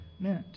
meant